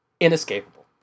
inescapable